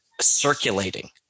circulating